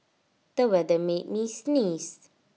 the weather made me sneeze